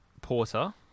porter